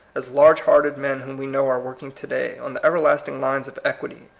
as large-hearted men whom we know are working to-day, on the everlasting lines of equity,